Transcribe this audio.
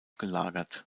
gelagert